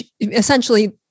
Essentially